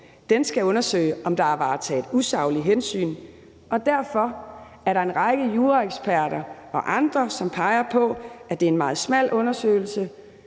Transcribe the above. Den skal undersøge, om der er taget usaglige hensyn, og derfor er der en række juraeksperter og andre, som peger på, at det er en meget smal undersøgelse.